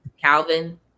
Calvin